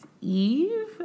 Eve